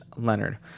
Leonard